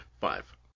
Five